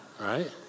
Right